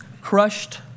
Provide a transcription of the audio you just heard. crushed